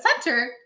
center